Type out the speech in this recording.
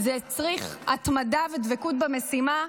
זה הצריך התמדה ודבקות במשימה,